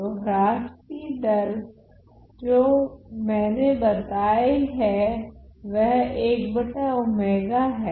तो ह्रास की दर जो मैंने बताए है वह हैं